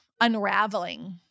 unraveling